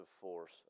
force